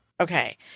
Okay